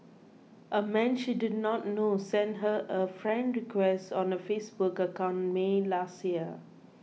a man she did not know sent her a friend request on her Facebook account May last year